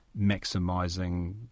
maximising